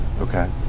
Okay